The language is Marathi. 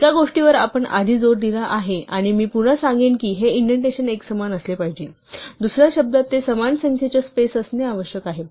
एका गोष्टीवर आपण आधी जोर दिला आहे आणि मी पुन्हा सांगेन की हे इंडेंटेशन एकसमान असले पाहिजे दुस या शब्दात ते समान संख्येच्या स्पेस असणे आवश्यक आहे